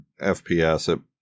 FPS